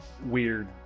weird